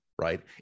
right